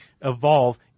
evolve